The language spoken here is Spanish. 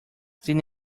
sin